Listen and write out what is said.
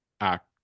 act